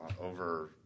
over